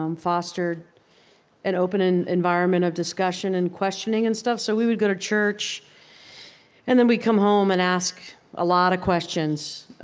um fostered an open environment of discussion and questioning and stuff. so we would go to church and then we'd come home and ask a lot of questions,